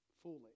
Fully